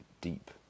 deep